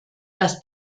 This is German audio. das